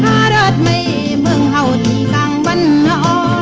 da da da know,